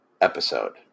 episode